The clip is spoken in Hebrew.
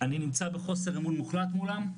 נמצא בחוסר אמון מוחלט מולם,